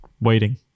waiting